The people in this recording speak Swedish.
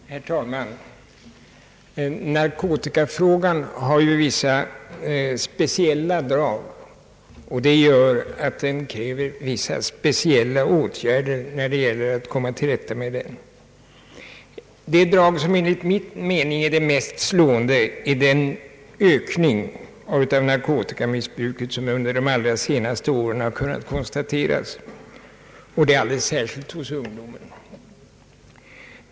Herr talman! Narkotikafrågan har vissa speciella drag som gör att det krävs vissa speciella åtgärder för att man skall komma till rätta med den. Det drag som enligt min mening är det mest slående är den ökning av narkotikamissbruket som under de allra senaste åren har kunnat konstateras, alldeles särskilt hos ungdomen.